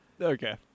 Okay